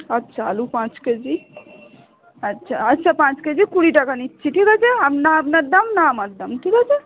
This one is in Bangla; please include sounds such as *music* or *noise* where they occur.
আচ্ছা আলু পাঁচ কেজি আচ্ছা আচ্ছা পাঁচ কেজি কুড়ি টাকা নিচ্ছি ঠিক আছে *unintelligible* আপনার দাম না আমার দাম ঠিক আছে